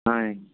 ఆయ్